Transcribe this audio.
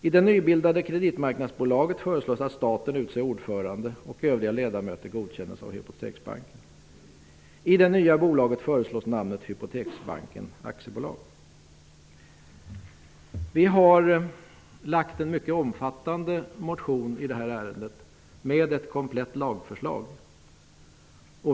I det nybildade kreditmarknadsbolaget föreslås att staten utser ordförande och att övriga ledamöter godkänns av Hypoteksbanken. Vi har väckt en mycket omfattande motion i det här ärendet med ett komplett lagförslag.